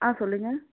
ஆ சொல்லுங்கள்